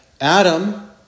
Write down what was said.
Adam